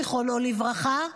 זכרונו לברכה,